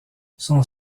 son